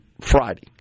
Friday